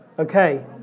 Okay